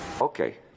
okay